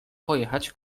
pojechać